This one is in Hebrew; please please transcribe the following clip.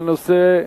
לא תם,